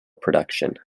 production